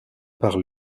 par